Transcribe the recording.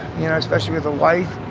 you know, especially with a wife.